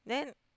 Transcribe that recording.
then